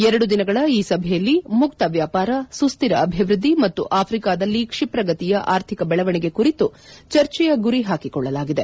ಎರಡು ದಿನಗಳ ಈ ಸಭೆಯಲ್ಲಿ ಮುಕ್ತ ವ್ಯಾಪಾರ ಸುಸ್ವಿರ ಅಭಿವೃದ್ದಿ ಮತ್ತು ಆಫ್ರಿಕಾದಲ್ಲಿ ಕ್ಷಿಪ್ರ ಗತಿಯ ಆರ್ಥಿಕ ಬೆಳವಣಿಗೆ ಕುರಿತು ಚರ್ಚೆಯ ಗುರಿ ಹಾಕಿಕೊಳ್ಳಲಾಗಿದೆ